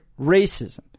racism